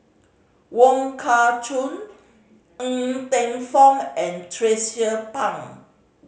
Wong Kah Chun Ng Teng Fong and Tracie Pang